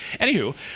Anywho